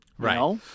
Right